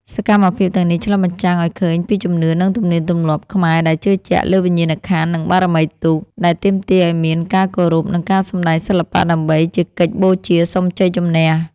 សកម្មភាពទាំងនេះឆ្លុះបញ្ចាំងឱ្យឃើញពីជំនឿ និងទំនៀមទម្លាប់ខ្មែរដែលជឿជាក់លើវិញ្ញាណក្ខន្ធ និងបារមីទូក ដែលទាមទារឱ្យមានការគោរព និងការសម្តែងសិល្បៈដើម្បីជាកិច្ចបូជាសុំជ័យជំនះ។